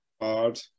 hard